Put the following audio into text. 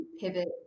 pivot